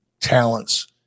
talents